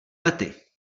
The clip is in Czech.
lety